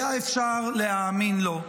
היה אפשר להאמין לו,